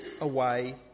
away